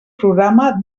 programa